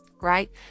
right